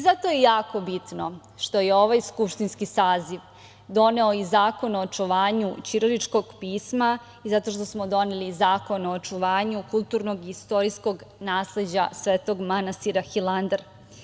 Zato je jako bitno što je ovaj skupštinski saziv doneo i Zakon o očuvanju ćiriličkog pisma i zato što smo doneli zakon o očuvanju kulturnog i istorijskog nasleđa Svetog manastira Hilandar.